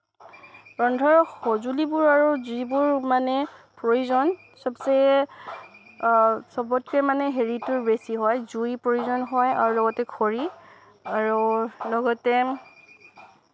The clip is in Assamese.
ৰন্ধাৰ সঁজুলিবোৰ আৰু যিবোৰ মানে প্ৰয়োজন সবচে সবতকে মানে হেৰিটোৰ বেছি হয় জুই প্ৰয়োজন হয় আৰু লগতে খৰি আৰু লগতে